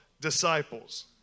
disciples